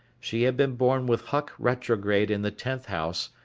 she had been born with huck retrograde in the tenth house,